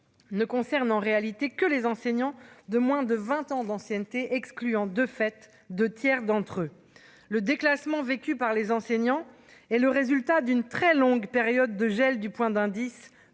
ne concerne en réalité que les enseignants de moins de 20 ans d'ancienneté, excluant de fait 2 tiers d'entre eux, le déclassement vécue par les enseignants et le résultat d'une très longue période de gel du point d'indice,